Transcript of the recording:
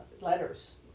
letters